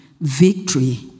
victory